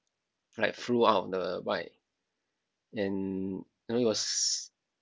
like flew out of the bike and you know it was